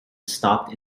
stopped